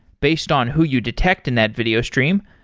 based on who you detect in that video stream,